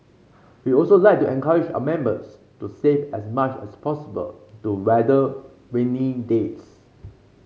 we also like to encourage our members to save as much as possible to weather rainy days